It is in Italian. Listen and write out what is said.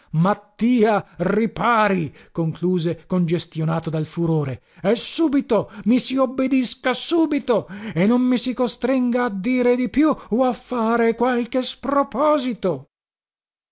mattia ripari concluse congestionato dal furore e subito i si obbedisca subito e non mi si costringa a dire di più o a fare qualche sproposito